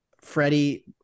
Freddie